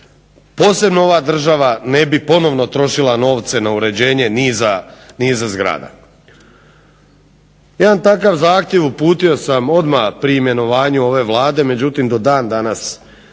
posebno ova država ne bi ponovno trošila novce na uređenje niza zgrada. Jedan takav zahtjev uputio sam odmah pri imenovanju ove Vlade, međutim do dan danas